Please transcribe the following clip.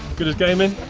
good as gaming?